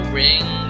ring